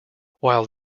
while